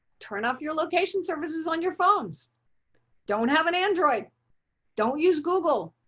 turn off your location services on your phones don't have an android don't use google,